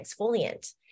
exfoliant